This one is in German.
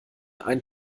ein